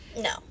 No